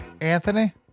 Anthony